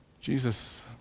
Jesus